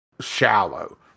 shallow